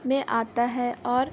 में आता है और